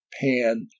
pan